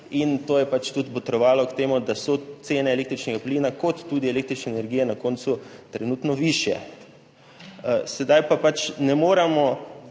in to je pač tudi botrovalo k temu, da so cene tako električnega plina kot tudi električne energije na koncu trenutno višje. Sedaj pa si kot